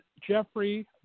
Jeffrey